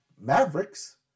Mavericks